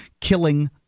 killing